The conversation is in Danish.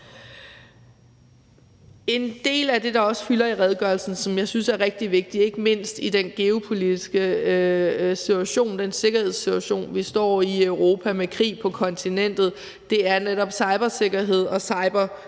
En del af det, der også fylder i redegørelsen, og som jeg synes er rigtig vigtigt ikke mindst i den geopolitiske situation, den sikkerhedsmæssige situation, vi står i i Europa med krig på kontinentet, er netop cybersikkerhed og cyberangreb.